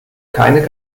keine